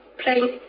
playing